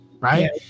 right